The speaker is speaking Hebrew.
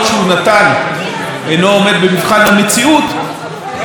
יש העונשים והקנסות הקבועים בחוק.